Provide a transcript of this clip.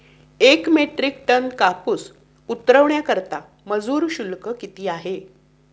एक metric tonne कापूस उतरवण्याकरता मजूर शुल्क किती आहे?